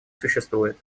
существует